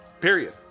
Period